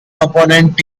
opponent